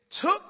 took